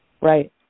Right